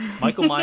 Michael